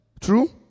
True